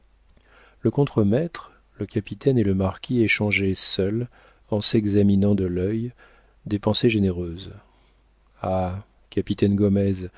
le contre-maître le capitaine et le marquis échangeaient seuls en s'examinant de l'œil des pensées généreuses ah capitaine gomez